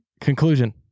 conclusion